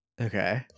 Okay